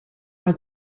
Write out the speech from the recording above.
are